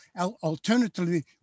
alternatively